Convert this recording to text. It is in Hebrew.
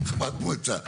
חברת מועצה,